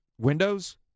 windows